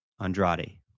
Andrade